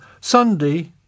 Sunday